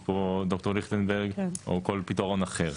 פה ד"ר ליכטנברג או כל פתרון אחר,